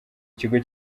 kigo